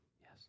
yes